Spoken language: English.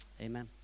Amen